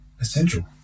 essential